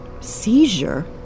seizure